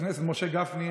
חבר הכנסת משה גפני,